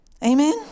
Amen